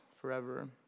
forever